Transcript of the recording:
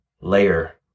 layer